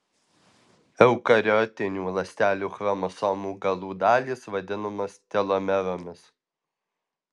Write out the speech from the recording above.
eukariotinių ląstelių chromosomų galų dalys vadinamos telomeromis